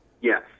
yes